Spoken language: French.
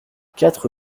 quatre